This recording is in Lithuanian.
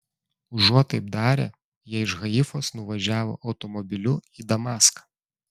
užuot taip darę jie iš haifos nuvažiavo automobiliu į damaską